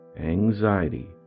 anxiety